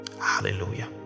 Hallelujah